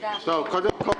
קודם כול,